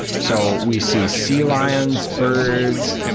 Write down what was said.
so we see sea lions, birds,